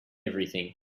everything